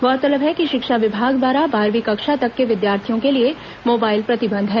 गौरतलब है कि शिक्षा विभाग द्वारा बारहवीं कक्षा तक के विद्यार्थियों के लिए मोबाइल प्रतिबंध है